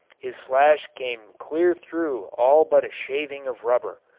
his slash came clear through all but a shaving of rubber,